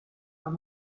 are